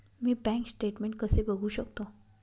मी bank statement कसे बघू शकतो?